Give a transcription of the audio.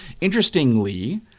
Interestingly